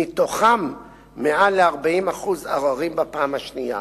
ומתוכם מעל 40% עררים בפעם השנייה.